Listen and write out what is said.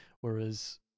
whereas